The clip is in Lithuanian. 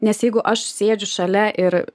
nes jeigu aš sėdžiu šalia ir